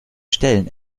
stellen